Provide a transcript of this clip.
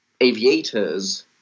aviators